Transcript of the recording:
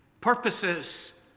purposes